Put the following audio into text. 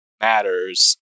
matters